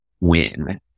win